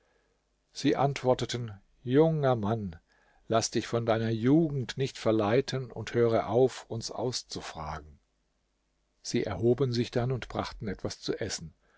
sie antworteten junger mann laß dich von deiner jugend nicht verleiten und höre auf uns auszufragen sie erhoben sich dann und brachten etwas zu essen